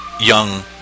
young